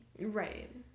Right